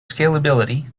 scalability